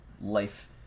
life